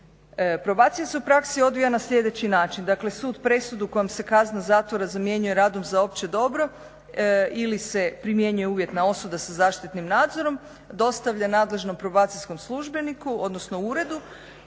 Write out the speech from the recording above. Probacije su u praksi odvija na sljedeći način, dakle sud presudu kojom se kazna zatvora zamjenjuje radom za opće dobro ili se primjenjuje uvjetna osuda sa zaštitnim nadzorom dostavlja nadležnom probacijskom službeniku odnosno uredu